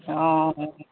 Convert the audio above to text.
অঁ